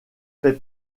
fait